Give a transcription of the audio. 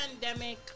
pandemic